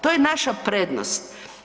To je naša prednost.